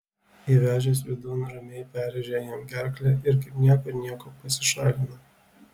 įvežęs vidun ramiai perrėžia jam gerklę ir kaip niekur nieko pasišalina